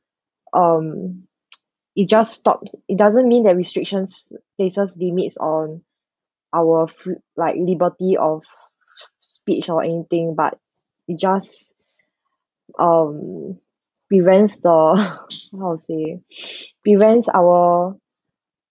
um it just stopped it doesn't mean that restrictions places limits on our free~ like liberty of speech or anything but it just um prevents for how to say prevents our